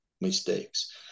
mistakes